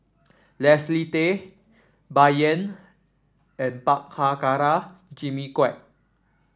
Leslie Tay Bai Yan and Prabhakara Jimmy Quek